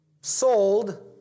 sold